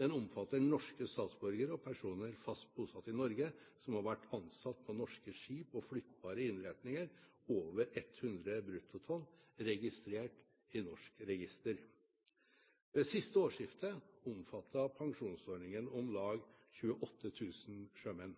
Den omfatter norske statsborgere og personer som er fast bosatt i Norge som har vært ansatt på norske skip og flyttbare innretninger over 100 bruttotonn, registrert i norsk register. Ved siste årsskifte omfattet pensjonsordningen om lag 28 000 sjømenn.